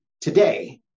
today